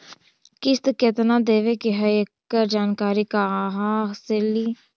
किस्त केत्ना देबे के है एकड़ जानकारी कहा से ली?